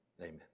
Amen